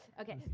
Okay